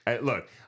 look